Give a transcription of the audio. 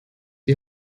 die